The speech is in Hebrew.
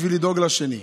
בשביל לדאוג לשני.